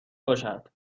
باشد